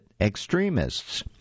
extremists